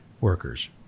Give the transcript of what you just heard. workers